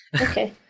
Okay